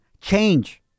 Change